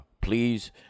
please